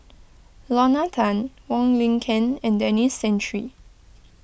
Lorna Tan Wong Lin Ken and Denis Santry